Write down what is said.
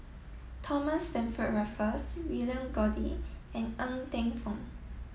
Thomas Stamford Raffles William Goode and Ng Teng Fong